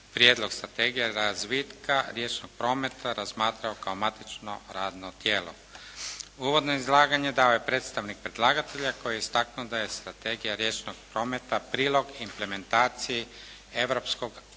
Prijedlog strategije razvitka riječnog prometa razmatrao kao matično radno tijelo. Uvodno izlaganje dao je predstavnik predlagatelja koji je istaknuo da je strategija riječnog prometa prilog implementaciji europskog akcijskog